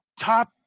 top